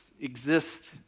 exist